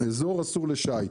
אזור אסור לשיט.